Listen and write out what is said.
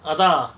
அதா:atha